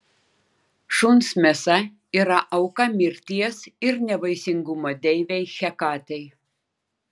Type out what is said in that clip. šuns mėsa yra auka mirties ir nevaisingumo deivei hekatei